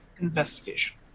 Investigation